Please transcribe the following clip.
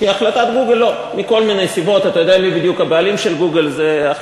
לא צפיתם שדבר כזה יכול לקרות?